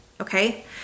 Okay